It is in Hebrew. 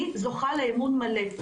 אני זוכה לאמון מלא.